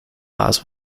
laws